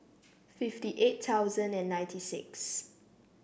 fifty eight thousand and ninety six